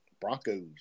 broncos